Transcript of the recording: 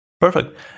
Perfect